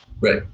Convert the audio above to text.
Right